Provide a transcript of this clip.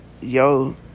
yo